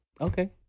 Okay